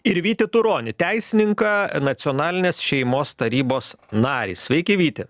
ir vytį turonį teisininką nacionalinės šeimos tarybos narį sveiki vyti